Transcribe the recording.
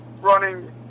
running